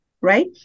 right